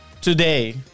today